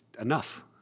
enough